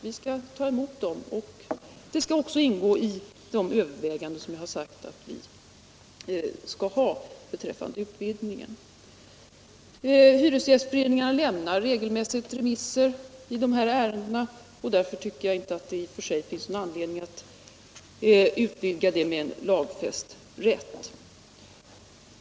Vi skall ta emot dem, och deras iakttagelser skall också ingå i de överväganden jag sagt vi skall göra beträffande utvidgningen av lagens tillämpningsområde. Hyresgästföreningarna lämnar regelmässigt remisser i de här ärendena, och därför tycker jag inte att det i och för sig finns någon anledning att utvidga detta förfarande med en lagfäst rätt.